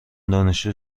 دانشجوی